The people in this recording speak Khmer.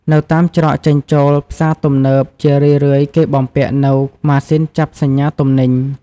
នៅតាមច្រកចេញចូលផ្សារទំនើប ជារឿយៗគេបំពាក់នូវម៉ាស៊ីនចាប់សញ្ញាទំនិញ។